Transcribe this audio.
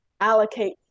allocate